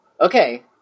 okay